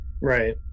right